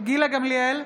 גילה גמליאל,